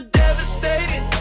devastated